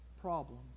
problem